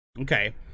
Okay